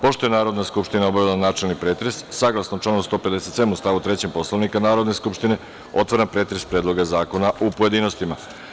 Pošto je Narodna skupština obavila načelni pretres, saglasno članu 157. stavu 3. Poslovnika Narodne skupštine, otvaram pretres predloga zakona u pojedinostima.